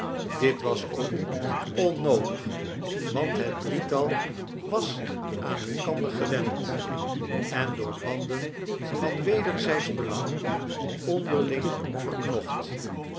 dit was ook onnoodig want het drietal was aan elkander gewend en door banden van wederzijdsch belang onderling verknocht